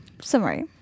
Summary